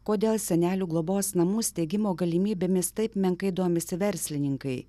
kodėl senelių globos namų steigimo galimybėmis taip menkai domisi verslininkai